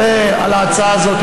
כל הכבוד על, ההצעה הזאת.